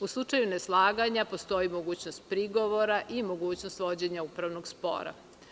U slučaju neslaganja postoji mogućnost prigovora i mogućnost vođenja upravnog spora.